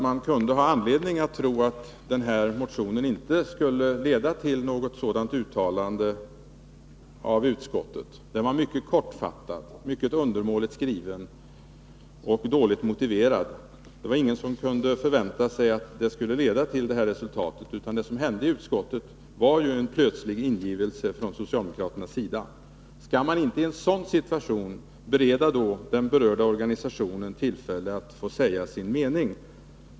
Man kunde ha anledning att tro att motionen inte skulle leda till ett sådant utskottsuttalande. Motionen var mycket kortfattad, mycket undermåligt skriven och svagt motiverad. Det var ingen som kunde förvänta sig att det skulle bli det här resultatet. Det som hände i utskottet var ju en plötslig ingivelse från socialdemokraternas sida. Skall man inte i en sådan situation bereda den berörda organisationen tillfälle att få säga sin mening?